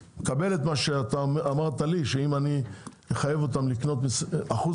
אני מקבל את מה שאמרת לי שאם אני אחייב אותם לקנות אחוז